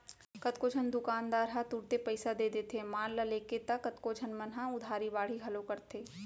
कतको झन दुकानदार ह तुरते ताही पइसा दे देथे माल ल लेके त कतको झन मन ह उधारी बाड़ही घलौ करथे